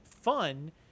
fun